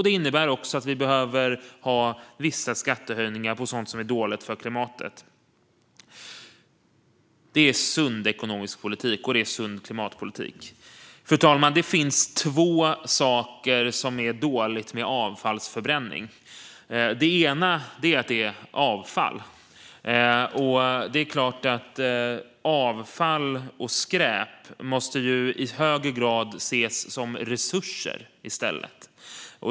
Det innebär att vi behöver ha vissa skattehöjningar för sådant som är dåligt för klimatet. Det är en sund ekonomisk politik, och det är en sund klimatpolitik. Fru talman! Det finns två saker som är dåliga med avfallsförbränning. Den ena är att det är avfall. Det är klart att avfall och skräp i högre grad i stället måste ses som resurser.